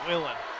Willen